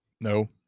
No